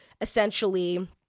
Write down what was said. essentially